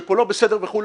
שפה לא בסדר וכו',